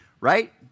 right